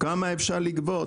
כמה אפשר לגבות.